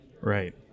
right